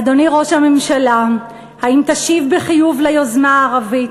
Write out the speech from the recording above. אדוני ראש הממשלה, האם תשיב בחיוב ליוזמה הערבית?